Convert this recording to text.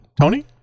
Tony